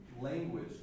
language